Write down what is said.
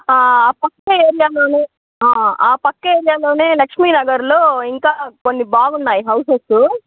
పక్క ఏరియాలోని ఆ పక్క ఏరియాలోనే లక్ష్మీనగర్లో ఇంకా కొన్ని బాగున్నాయి హౌసెసు